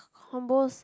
combos